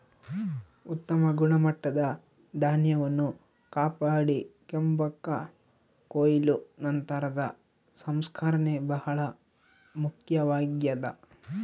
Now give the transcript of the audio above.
ಉತ್ತಮ ಗುಣಮಟ್ಟದ ಧಾನ್ಯವನ್ನು ಕಾಪಾಡಿಕೆಂಬಾಕ ಕೊಯ್ಲು ನಂತರದ ಸಂಸ್ಕರಣೆ ಬಹಳ ಮುಖ್ಯವಾಗ್ಯದ